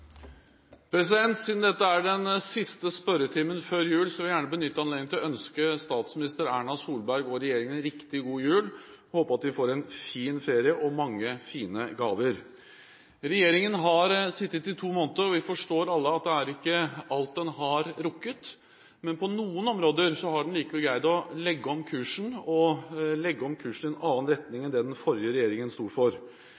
Siden dette er den siste spørretimen før jul, vil jeg gjerne benytte anledningen til å ønske statsminister Erna Solberg og regjeringen en riktig god jul. Jeg håper de får en fin ferie og mange fine gaver. Regjeringen har sittet i to måneder, og vi forstår alle at det ikke er alt den har rukket, men på noen områder har den likevel greid å legge om kursen – legge om kursen i en annen retning